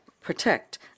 protect